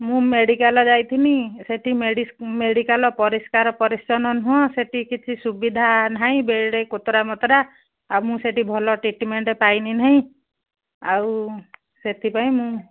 ମୁଁ ମେଡ଼ିକାଲ ଯାଇଥିଲି ସେଠି ଟିକେ ମେଡ଼ିକାଲ ପରିଷ୍କାର ପରିଚ୍ଛନ୍ନ ନୁହଁ ସେଠି କିଛି ସୁବିଧା ବେଡ଼୍ କୋତରା ମୋତରା ଆଉ ମୁଁ ସେଠି ଭଲ ଟ୍ରୀଟମେଣ୍ଟ ପାଇଲି ନାହିଁ ଆଉ ସେଥିପାଇଁ ମୁଁ